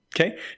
Okay